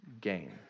gain